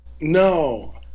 No